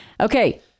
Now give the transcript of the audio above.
Okay